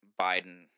Biden